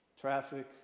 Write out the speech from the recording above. traffic